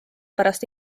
pärast